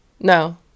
no